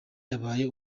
yabaye